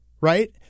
right